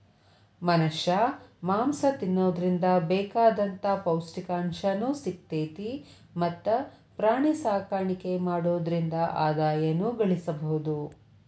ಮನಷ್ಯಾ ಮಾಂಸ ತಿನ್ನೋದ್ರಿಂದ ಬೇಕಾದಂತ ಪೌಷ್ಟಿಕಾಂಶನು ಸಿಗ್ತೇತಿ ಮತ್ತ್ ಪ್ರಾಣಿಸಾಕಾಣಿಕೆ ಮಾಡೋದ್ರಿಂದ ಆದಾಯನು ಗಳಸಬಹುದು